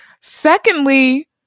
Secondly